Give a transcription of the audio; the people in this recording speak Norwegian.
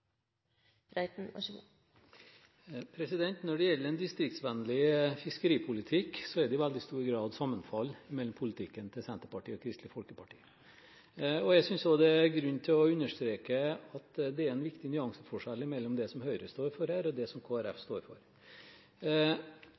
det i veldig stor grad sammenfall mellom politikken til Senterpartiet og politikken til Kristelig Folkeparti. Jeg synes også det er grunn til å understreke at det er en viktig nyanseforskjell mellom det som Høyre står for her, og det som Kristelig Folkeparti står for.